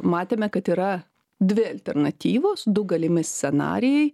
matėme kad yra dvi alternatyvos du galimi scenarijai